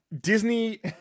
Disney